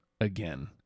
again